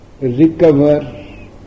recover